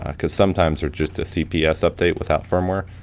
ah cause sometimes they're just a cps update without firmware.